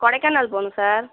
கொடைக்கானல் போகணும் சார்